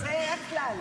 זה הכלל.